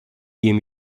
ihm